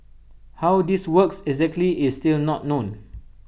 how this works exactly is still not known